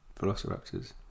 Velociraptors